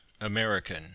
American